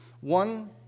One